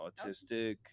autistic